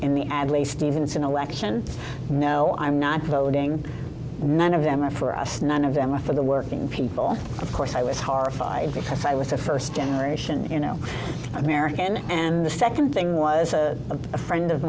in the adelaide stevenson election no i'm not voting none of them are for us none of them are for the working people of course i was horrified because i was a first generation you know american and the second thing was a friend of